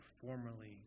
formerly